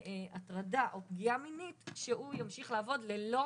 הטרדה או פגיעה מינית, שהוא ימשיך לעבוד ללא